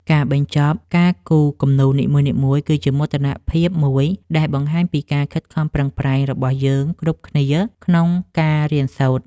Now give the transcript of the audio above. ការបញ្ចប់ការគូរគំនូរនីមួយៗគឺជាមោទនភាពមួយដែលបង្ហាញពីការខិតខំប្រឹងប្រែងរបស់យើងគ្រប់គ្នាក្នុងការរៀនសូត្រ។